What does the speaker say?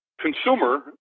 consumer